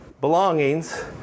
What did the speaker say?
belongings